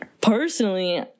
Personally